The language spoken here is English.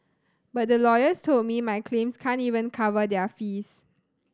but the lawyers told me my claims can't even cover their fees